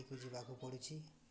ଯିବାକୁ ପଡ଼ୁଛି